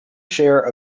share